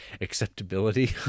acceptability